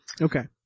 Okay